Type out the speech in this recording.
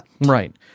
Right